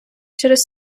через